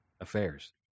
affairs